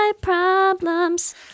problems